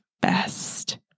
best